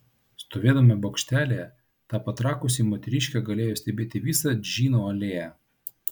stovėdama bokštelyje ta patrakusi moteriškė galėjo stebėti visą džino alėją